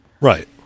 right